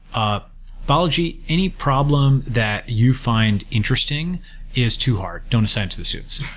ah balaji, any problem that you find interesting is too hard. don't assign to the suits.